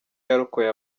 yarokoye